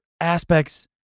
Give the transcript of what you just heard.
aspects